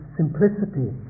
simplicity